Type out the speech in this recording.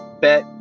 bet